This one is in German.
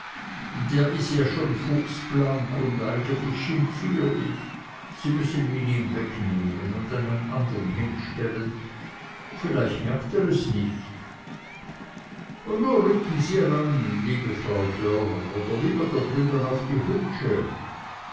der is ja schon fuchsblank und eigentlich schimpfierlich sie müssen ihn ihm wegnehmen und einen andern hinstellen vielleicht merkt er es nich und nu rücken sie ran hier liebe frau dörr oder lieber da drüben auf die hutsche